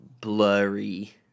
blurry